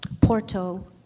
Porto